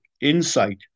insight